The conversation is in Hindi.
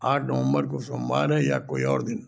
आठ नवम्बर को सोमवार है या कोई और दिन